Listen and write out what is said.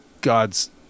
God's